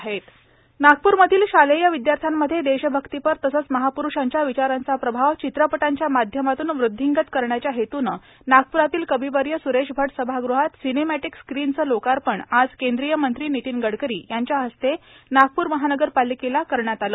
नागप्र मनपाला सिनेमॅटिक स्क्रीनचे लोकार्पण नागप्र मधील शालेय विद्यार्थ्यांमध्ये देशभक्तिपर तसेच महाप्रुषांच्या विचारांचा प्रभाव चित्रपटांच्या माध्यमातून वृद्विंगत करण्याच्या हेतूने नागप्रातील कविवर्य सुरेश भट सभागृहात सिनेमॅटिक स्क्रीनचे लोकार्पण आज केंद्रीय मंत्री नितीन गडकरी यांच्या हस्ते नागपूर महानगरपालिकेस करण्यात आलं